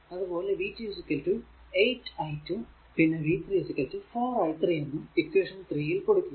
അതുപോലെ v 2 8 i2 പിന്നെ v 3 4 i3 എന്നും ഇക്വേഷൻ 3 യിൽ കൊടുക്കുക